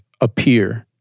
appear